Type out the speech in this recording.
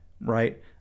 right